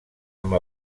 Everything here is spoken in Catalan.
amb